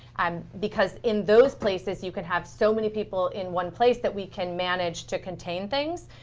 um because in those places, you could have so many people in one place that we can manage to contain things.